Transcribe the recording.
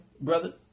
brother